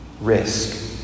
risk